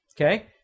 okay